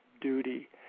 duty